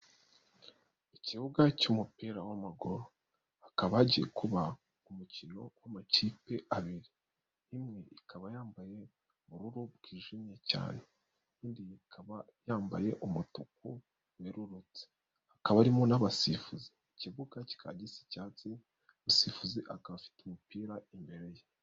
Ikibuga cy'umupira w'amaguru, hakaba agiye kuba umukino w'amakipe abiri, imwe ikaba yambaye ubururu bwijimye cyane, akaba yambaye umutuku werurutse, hakaba harimo n'abasifuzi, ikibugaka gisa icyatsi, umusifuzi akaba afite umupira imbere ye.